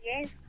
Yes